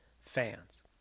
fans